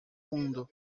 mundo